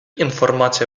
інформація